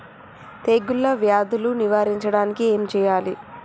తెగుళ్ళ వ్యాధులు నివారించడానికి ఏం చేయాలి?